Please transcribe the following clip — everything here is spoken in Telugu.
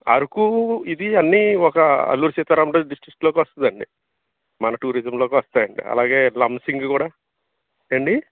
అరకు ఇది అన్నీ ఒక అల్లూరు సీతారామరాజు డిస్ట్రిక్ట్లోకి వస్తుందండి మన టూరిజంలోకి వస్తాయండి అలాగే లంబసింగు కూడా అండి